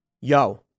Yo